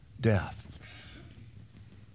Death